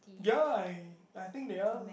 ya I I think they are